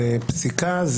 זה פסיקה?